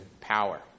power